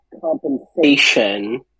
compensation